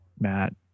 Matt